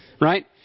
Right